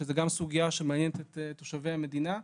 שזו גם סוגייה שמעניינת את תושבי המדינה,